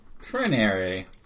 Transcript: Trinary